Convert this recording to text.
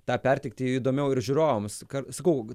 tą perteikti įdomiau ir žiūrovams ką sakau